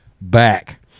back